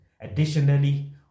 Additionally